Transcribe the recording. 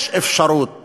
יש אפשרות